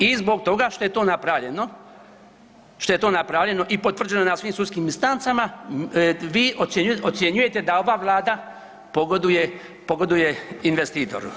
I zbog toga što je to napravljeno, što je to napravljeno i potvrđeno na svim sudskim instancama, vi ocjenjujete da ova Vlada pogoduje investitoru.